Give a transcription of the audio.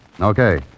Okay